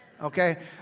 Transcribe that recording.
Okay